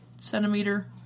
centimeter